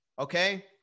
okay